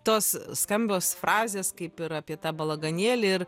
tos skambios frazės kaip ir apie tą balaganėlį ir